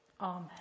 Amen